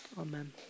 Amen